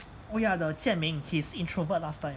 oh ya jian ming he's introvert last time